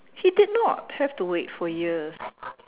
he did not have to wait for years